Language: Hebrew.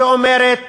שאומרת